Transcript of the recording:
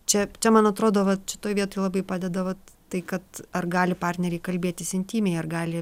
čia čia man atrodo vat šitoj vietoj labai padeda vat tai kad ar gali partneriai kalbėtis intymiai ar gali